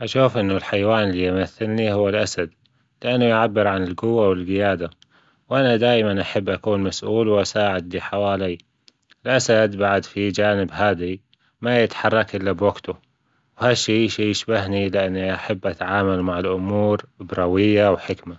أشوف أنه الحيوان اللي يمثلني هو الأسد، لأنه يعبر عن الجوة والجيادة، وأنا دايما أحب أكون مسئول وأساعد اللي حوالي، الأسد بعد في جانب هادي ما يتحرك إلا بوجته وهالشي اشي يشبهني لأني أحب أتعامل مع الأمور بروية وحكمة،